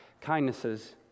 kindnesses